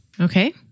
Okay